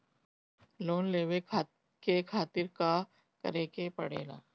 Loan लेवे के खातिर का करे के पड़ेला?